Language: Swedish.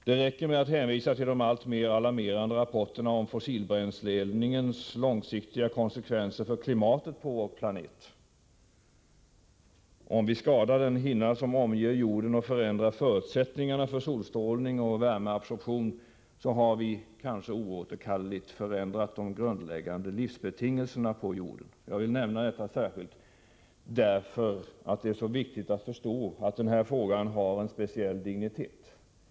Det räcker med att hänvisa till de alltmer alarmerande rapporterna om fossilbränsleeldningens långsiktiga konsekvenser för klimatet på vår planet. Om vi skadar den hinna som omger jorden och förändrar förutsättningarna för solstrålning och värmeabsorption, så har vi — kanske oåterkalleligt — förändrat de grundläggande livsbetingelserna på jorden. Jag vill nämna detta särskilt därför att det är så viktigt att förstå att den här frågan har en speciell dignitet.